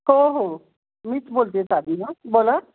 हो हो मीच बोलते साधना बोला